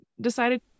decided